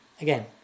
Again